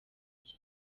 byo